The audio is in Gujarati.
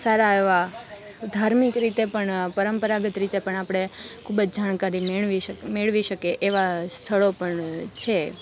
સારા એવા ધાર્મિક રીતે પણ પરંપરાગત રીતે પણ આપણે ખૂબ જ જાણકારી મેળવી મેળવી શકીએ એવાં સ્થળો પણ છે